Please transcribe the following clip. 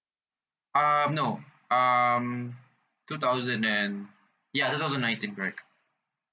um no um two thousand and ya two thousand nineteen correct